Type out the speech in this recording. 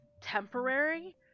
temporary